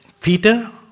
Peter